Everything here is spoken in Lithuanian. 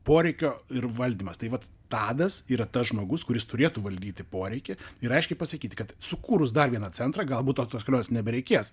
poreikio ir valdymas tai vat tadas yra tas žmogus kuris turėtų valdyti poreikį ir aiškiai pasakyti kad sukūrus dar vieną centrą galbūt tos kelionės nebereikės